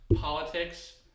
Politics